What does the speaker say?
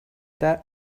that